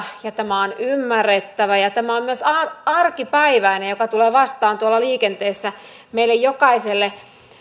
ja tämä on ymmärrettävä ja tämä on myös arkipäiväinen joka tulee vastaan tuolla liikenteessä meille jokaiselle